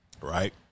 Right